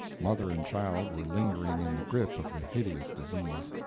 mother and child were lingering in the grip of the hideous disease.